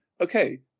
okay